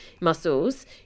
muscles